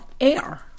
air